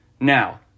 Now